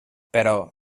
però